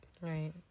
Right